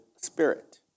spirit